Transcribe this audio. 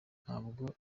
ntabwo